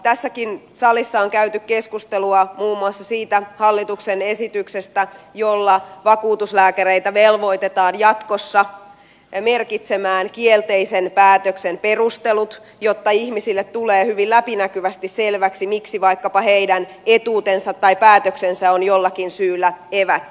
tässäkin salissa on käyty keskustelua muun muassa siitä hallituksen esityksestä jolla vakuutuslääkäreitä velvoitetaan jatkossa merkitsemään kielteisen päätöksen perustelut jotta ihmisille tulee hyvin läpinäkyvästi selväksi miksi vaikkapa heidän etuutensa tai hakemuksensa on jollakin syyllä evätty